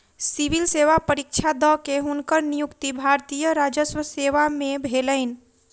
civil सेवा परीक्षा द के, हुनकर नियुक्ति भारतीय राजस्व सेवा में भेलैन